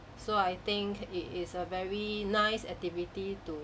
so I think it is a very nice activity to